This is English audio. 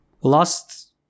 last